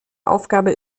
aufgabe